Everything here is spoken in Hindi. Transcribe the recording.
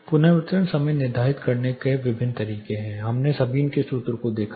पुनर्वितरण समय निर्धारित करने के विभिन्न तरीके हैं हमने सबीन के सूत्र को देखा